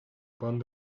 pan